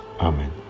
Amen